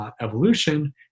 Evolution